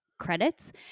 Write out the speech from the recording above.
credits